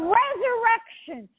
resurrection